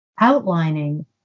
outlining